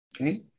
Okay